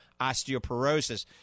osteoporosis